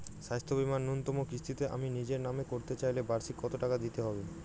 স্বাস্থ্য বীমার ন্যুনতম কিস্তিতে আমি নিজের নামে করতে চাইলে বার্ষিক কত টাকা দিতে হবে?